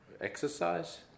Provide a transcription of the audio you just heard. exercise